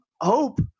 hope